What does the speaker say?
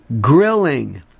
Grilling